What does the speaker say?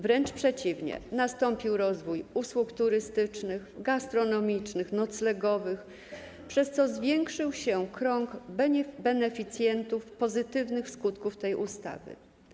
Wręcz przeciwnie, nastąpił rozwój usług turystycznych, gastronomicznych, noclegowych, przez co zwiększył się krąg beneficjentów pozytywnych skutków tej ustawy.